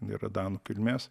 yra danų kilmės